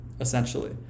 essentially